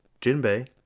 jinbei